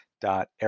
dot